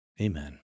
Amen